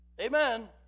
Amen